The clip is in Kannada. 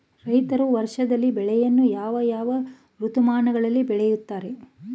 ರೈತರು ವರ್ಷದಲ್ಲಿ ಬೆಳೆಯನ್ನು ಯಾವ ಯಾವ ಋತುಮಾನಗಳಲ್ಲಿ ಬೆಳೆಯುತ್ತಾರೆ?